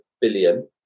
billion